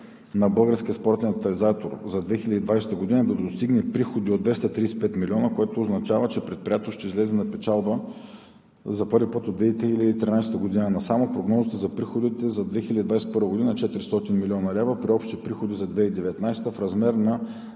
на Българския спортен тотализатор за 2020 г. е да достигне приходи от 235 милиона, което означава, че предприятието ще излезе на печалба за първи път от 2013 г. насам, а прогнозата за приходите за 2021 г. е 400 млн. лв., при общи приходи за 2019 г. в размер на